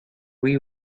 oui